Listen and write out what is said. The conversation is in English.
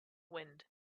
wind